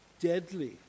deadly